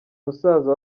musaza